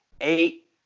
eight